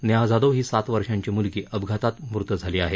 नेहा जाधव ही सात वर्षाची मुलगी अपघातात मृत झाली आहे